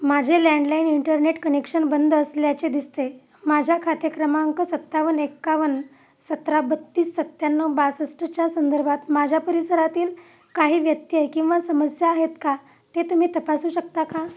माझे landline internet connection बंद असल्याचे दिसते आहे माझ्या खाते क्रमांक सत्तावन्न एकावन्न सतरा बत्तीस सत्त्याण्णव बासष्टच्या संदर्भात माझ्या परिसरातील काही व्यत्यय किंवा समस्या आहेत का ते तुम्ही तपासू शकता का